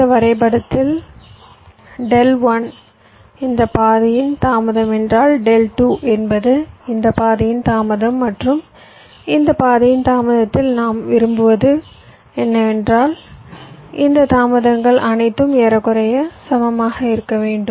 இந்த வரைபடத்தில் Δ1 இந்த பாதையின் தாமதம் என்றால் Δ 2 என்பது இந்த பாதையின் தாமதம் மற்றும் இந்த பாதையின் தாமதத்தில் நாம் விரும்புவது என்னவென்றால் இந்த தாமதங்கள் அனைத்தும் ஏறக்குறைய சமமாக இருக்க வேண்டும்